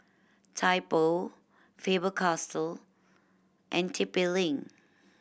Typo Faber Castell and T P Link